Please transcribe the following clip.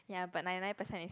ya but ninety nine percent is